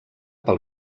pel